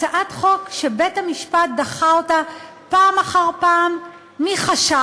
הצעת חוק שבית-המשפט דחה אותה פעם אחר פעם מחשש,